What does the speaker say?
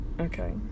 okay